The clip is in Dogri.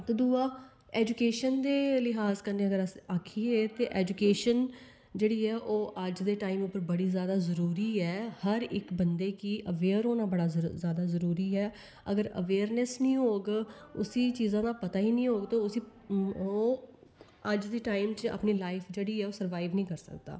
ते दूआ ऐजुकेशन दे लिहाज कन्नै अगर अस आक्खिये ते ऐजुकेशन जेहड़ी इक बंदे गी अवेयर होना बड़ा ज्यादा जरुरी ऐ अगर अवेयरनस नेई होग उसी चीजे दा पता गै नेईं होग ते असी अज्ज दे टाइम दे बिच अपनी लाइफ जेहड़ी ऐ सर्वाइव नेईं करी सकदा